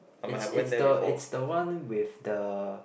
it's it's the it's the one with the